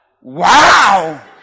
Wow